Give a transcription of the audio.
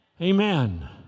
amen